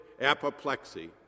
apoplexy